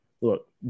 Look